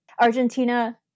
Argentina